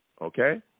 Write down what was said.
okay